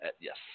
Yes